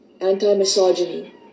anti-misogyny